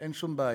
אין שום בעיה.